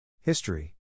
History